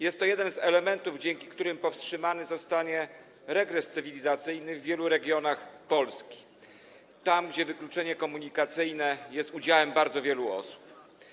Jest to jeden z tych elementów, dzięki którym powstrzymany zostanie regres cywilizacyjny w wielu regionach Polski - tam, gdzie wykluczenie komunikacyjne jest udziałem wielu osób.